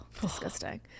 disgusting